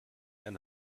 and